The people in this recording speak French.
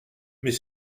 mais